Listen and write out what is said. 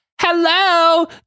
hello